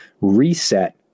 reset